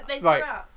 Right